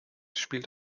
spielt